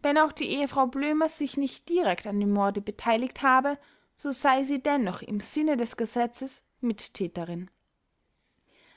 wenn auch die ehefrau blömers sich nicht direkt an dem morde beteiligt habe so sei sie dennoch im sinne des gesetzes mittäterin